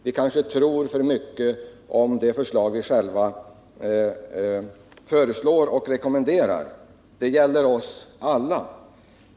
Vi kanske tror för mycket på de förslag vi själva lägger fram — det gäller oss alla.